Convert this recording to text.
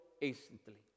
instantly